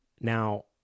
Now